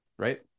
right